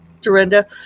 Dorinda